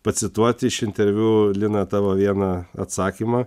pacituoti iš interviu lina tavo vieną atsakymą